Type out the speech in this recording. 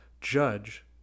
judge